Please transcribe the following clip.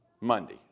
Monday